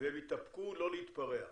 והם התאפקו לא להתפרע.